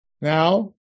Now